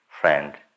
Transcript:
friend